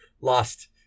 Lost